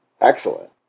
Excellent